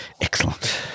Excellent